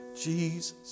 Jesus